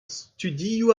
studioù